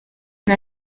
nta